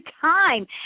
time